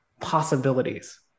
possibilities